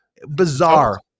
Bizarre